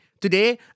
today